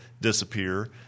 disappear